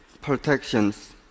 protections